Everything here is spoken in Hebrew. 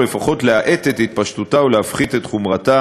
או לפחות להאט את התפשטותה ולהפחית את חומרתה